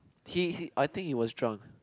he I think he was drunk